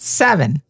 seven